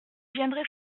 viendrez